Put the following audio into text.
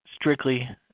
strictly